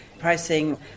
Pricing